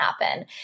happen